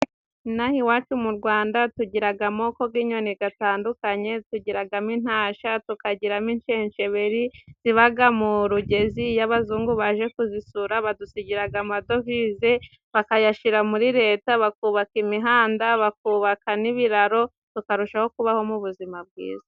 Inaha iwacu mu Rwanda tugiraga amoko g'inyoni gatandukanye， tugiragamo intasha， tukagiramo inshensheberi， zibaga mu rugezi， iyo abazungu baje kuzisura， badusigiraga amadovize，bakayashira muri Leta，bakubaka imihanda，bakubaka n'ibiraro，tukarushaho kubaho mu buzima bwiza.